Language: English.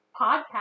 podcast